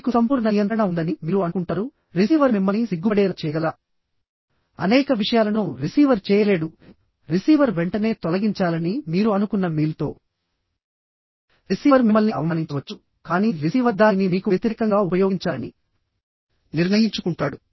మీకు సంపూర్ణ నియంత్రణ ఉందని మీరు అనుకుంటారు రిసీవర్ మిమ్మల్ని సిగ్గుపడేలా చేయగల అనేక విషయాలను రిసీవర్ చేయలేడు రిసీవర్ వెంటనే తొలగించాలని మీరు అనుకున్న మెయిల్తో రిసీవర్ మిమ్మల్ని అవమానించవచ్చు కానీ రిసీవర్ దానిని మీకు వ్యతిరేకంగా ఉపయోగించాలని నిర్ణయించుకుంటాడు